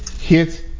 hit